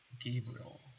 Gabriel